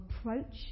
approach